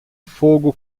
fogo